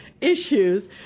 issues